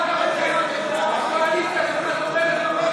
אני רוצה להשיב.